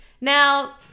Now